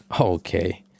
okay